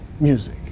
music